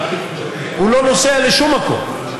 הוא לא נוסע לשום מקום.